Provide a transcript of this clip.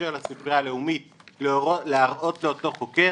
מאשר לספרייה הלאומית להראות לאותו חוקר